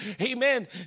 Amen